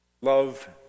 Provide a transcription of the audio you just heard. Love